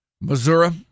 Missouri